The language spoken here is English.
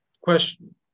Question